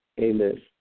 amen